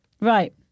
right